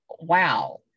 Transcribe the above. wow